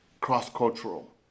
cross-cultural